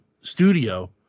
studio